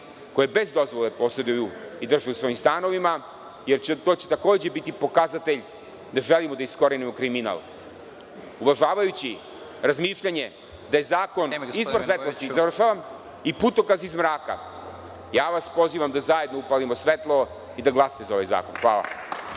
koje bez dozvole poseduju i drže u svojim stanovima, jer će to takođe biti pokazatelj da želimo da iskorenimo kriminal. Uvažavajući razmišljanje da je zakon izvor svetlosti i putokaz iz mraka, ja vas pozivam da zajedno upalimo svetlo i da glasate za ovaj zakon. Hvala.